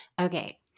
Okay